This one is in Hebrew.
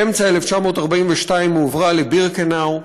באמצע 1942 הועברה לבירקנאו,